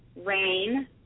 rain